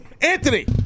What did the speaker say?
Anthony